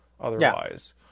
otherwise